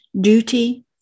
Duty